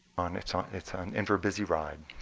it's um it's ah and in for a busy ride.